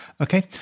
okay